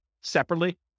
separately